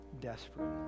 desperate